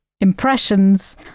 impressions